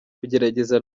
kugerageza